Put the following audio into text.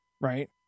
Right